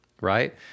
right